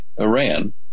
Iran